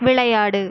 விளையாடு